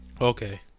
Okay